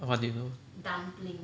what did you know